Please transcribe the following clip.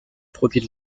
produits